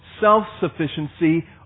self-sufficiency